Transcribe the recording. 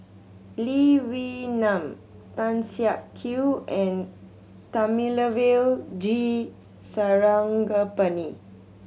Lee Wee Nam Tan Siak Kew and Thamizhavel G Sarangapani